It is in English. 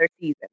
season